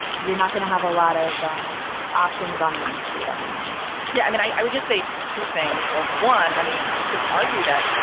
you're not going to have a lot of um options on main street anymore yeah, i mean, i i would just say two things. like one. i mean, you can argue that,